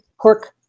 pork